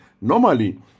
normally